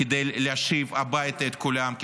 כדי להשיב הביתה את כולם,